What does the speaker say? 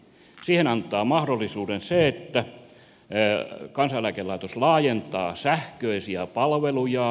siihen antaa mahdollisuuden se että kansaneläkelaitos laajentaa sähköisiä palvelujaan